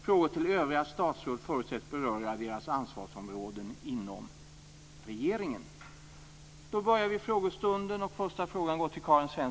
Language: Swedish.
Frågor till övriga statsråd förutsätts beröra deras ansvarsområden inom regeringen.